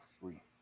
free